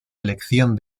elección